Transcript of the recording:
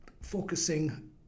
focusing